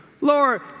Lord